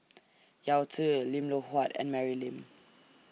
Yao Zi Lim Loh Huat and Mary Lim